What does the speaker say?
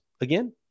again